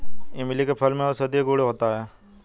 इमली के फल में औषधीय गुण होता है